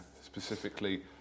specifically